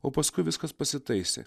o paskui viskas pasitaisė